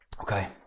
Okay